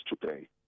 today